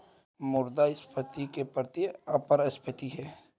मुद्रास्फीति के विपरीत अपस्फीति है